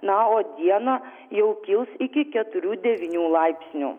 na o dieną jau kils iki keturių devynių laipsnių